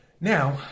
Now